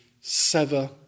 sever